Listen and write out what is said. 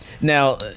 now